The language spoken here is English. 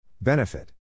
Benefit